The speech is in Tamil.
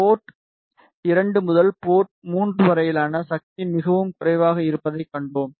போர்ட் 2 முதல் போர்ட் 3 வரையிலான சக்தி மிகவும் குறைவாக இருப்பதைக் கண்டோம்